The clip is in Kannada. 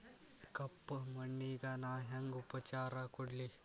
ಕಪ್ಪ ಮಣ್ಣಿಗ ನಾ ಹೆಂಗ್ ಉಪಚಾರ ಕೊಡ್ಲಿ?